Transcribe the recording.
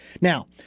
Now